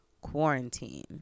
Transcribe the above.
quarantine